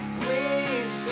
please